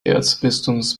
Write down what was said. erzbistums